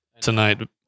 tonight